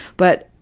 but,